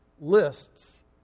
lists